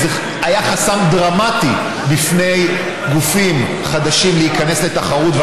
זה היה חסם דרמטי בפני גופים חדשים להיכנס לתחרות,